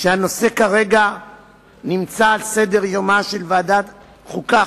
שהנושא כרגע נמצא על סדר-יומה של ועדת החוקה,